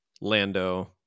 Lando